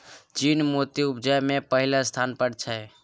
चीन मोती उपजाबै मे पहिल स्थान पर छै